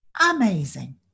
amazing